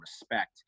respect